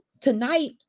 Tonight